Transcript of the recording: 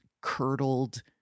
curdled